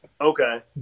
Okay